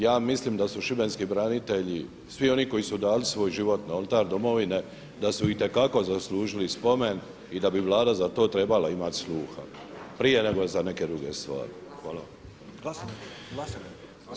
Ja mislim da su šibenski branitelji svi oni koji su dali svoj život na oltar domovine, da su i te kako zaslužili spomen i da bi Vlada za to trebala imati sluha prije nego za neke druge stvari.